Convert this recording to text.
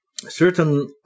certain